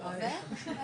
אני